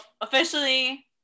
officially